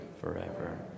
forever